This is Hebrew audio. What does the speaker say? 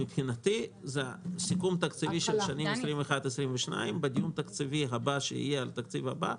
מבחינתי זה סיכום תקציבי של השנים 21-22. בדיון התקציבי שיהיה על התקציב הבא,